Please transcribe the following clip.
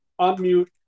unmute